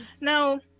Now